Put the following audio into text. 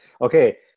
Okay